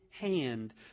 hand